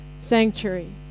Sanctuary